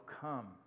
come